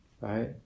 right